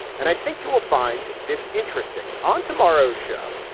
and i think you will find this interesting on tomorrow's show.